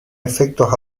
efectos